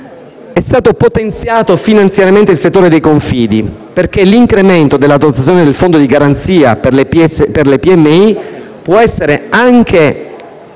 è stato potenziato finanziariamente il settore dei confidi. L'incremento della dotazione del fondo di garanzia per le piccole e medie